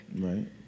right